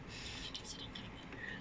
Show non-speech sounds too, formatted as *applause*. *breath*